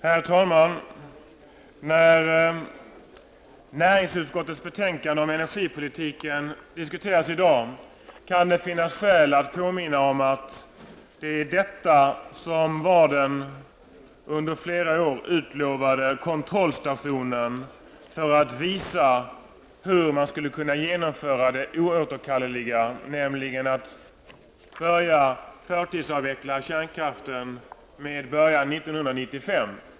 Herr talman! När näringsutskottets betänkande om energipolitiken diskuteras i dag kan det finnas skäl att påminna om att det är detta som var den under flera år utlovade kontrollstationen för att visa hur man skulle kunna genomföra det oåterkalleliga, nämligen att börja förtidsavveckla kärnkraften med början 1995.